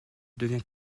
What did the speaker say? devient